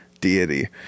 deity